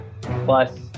plus